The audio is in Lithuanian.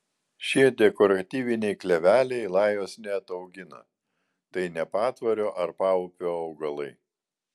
šie dekoratyviniai kleveliai lajos neataugina tai ne patvorio ar paupio augalai